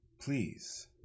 please